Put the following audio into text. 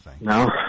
no